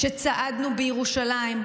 כשצעדנו בירושלים,